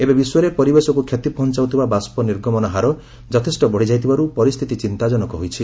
ଏବେ ବିଶ୍ୱରେ ପରିବେଶକୁ କ୍ଷତି ପହଞ୍ଚାଉଥିବା ବାଷ୍ପ ନିର୍ଗମନ ହାର ଯଥେଷ୍ଟ ବଢ଼ିଯାଇଥିବାରୁ ପରିସ୍ଥିତି ଚିନ୍ତାଜନକ ହୋଇଛି